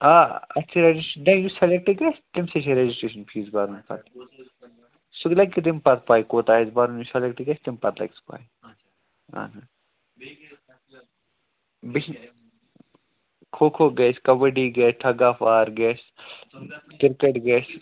آ اَسہِ چھِ نہٕ یُس سِلیکٹ گژھِ تٔمۍ سٕے چھِ ریجسٹریشَن فیٖس بَرُن پَتہٕ سُہ لَگہِ تمہِ پَتہٕ پاے کوتاہ آسہِ بَرُن یُس سِلیکٹ گژھِ تمہِ پَتہٕ لَگہِ سُہ پاے اَہَن حظ کھو کھو گژھِ کَبَڈی گژھِ ٹگ آف وار گژھِ کِرکَٹ گژھِ